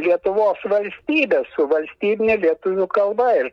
lietuvos valstybė su valstybine lietuvių kalba ir